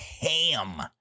ham